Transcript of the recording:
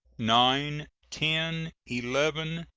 nine, ten, eleven,